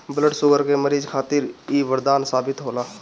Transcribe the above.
blood sugar के मरीज खातिर इ बरदान साबित होला